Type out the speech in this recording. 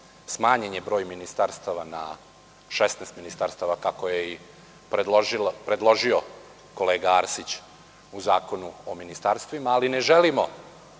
smanjen je broj ministarstava na 16, kako je predložio kolega Arsić u Zakonu o ministarstvima. Ne želimo